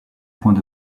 point